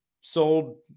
sold